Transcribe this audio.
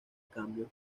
cambios